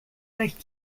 durch